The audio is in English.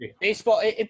baseball